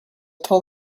tell